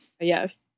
Yes